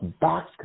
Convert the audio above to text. back